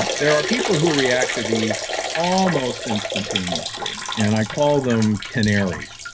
um there are people who react to these almost instantaneously. and i call them canaries.